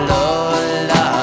Lola